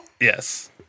Yes